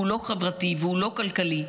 הוא לא חברתי והוא לא כלכלי.